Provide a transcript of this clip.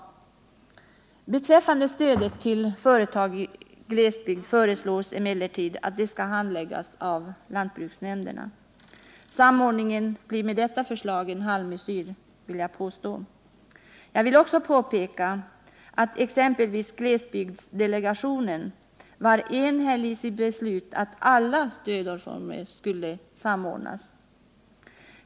Det föreslås emellertid att stödet till företag i glesbygder skall handläggas av lantbruksnämnderna. Jag påstår att samordningen blir en halvmesyr om detta förslag genomförs. Jag vill också påpeka att exempelvis glesbygdsdelegationen var enhällig i sitt beslut att alla stödformer skulle samordnas.